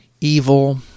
evil